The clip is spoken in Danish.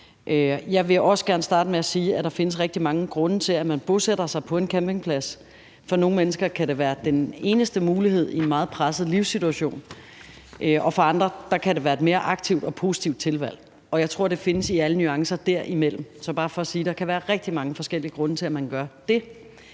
Jeg vil også gerne starte med at sige, at der findes rigtig mange grunde til, at man bosætter sig på en campingplads. For nogle mennesker kan det være den eneste mulighed i en meget presset livssituation, og for andre kan det være et mere aktivt og positivt tilvalg, og jeg tror, det findes i alle nuancer derimellem. Så det er bare for at sige, at der kan være rigtig mange forskellige grunde til, at man gør det,